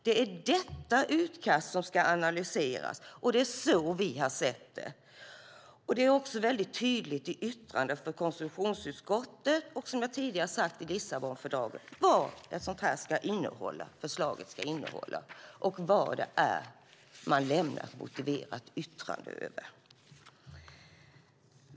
Det är detta utkast som ska analyseras, och det är så vi har sett det. Det är också väldigt tydligt i yttrandet från konstitutionsutskottet och, som jag tidigare har sagt, i Lissabonfördraget vad förslaget ska innehålla och vad det är man lämnar ett motiverat yttrande över.